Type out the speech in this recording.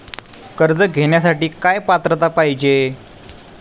कर्ज घेण्यासाठी काय पात्रता पाहिजे?